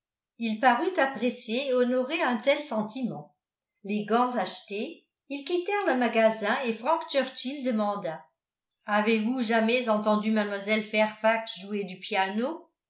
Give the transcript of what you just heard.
il parut apprécier et honorer un tel sentiment les gants achetés ils quittèrent le magasin et frank churchill demanda avez-vous jamais entendu mlle fairfax jouer du piano